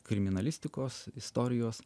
kriminalistikos istorijos